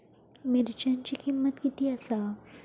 मिरच्यांची किंमत किती आसा?